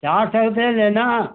चार सौ रुपये लेना